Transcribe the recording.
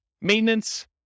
maintenance